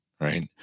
right